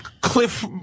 cliff